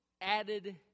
added